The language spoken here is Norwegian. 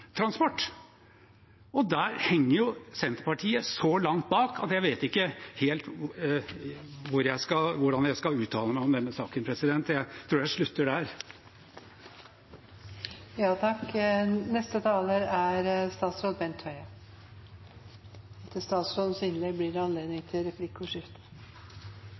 og der henger Senterpartiet så langt bak at jeg vet ikke helt hvordan jeg skal uttale meg om den saken. Jeg tror jeg slutter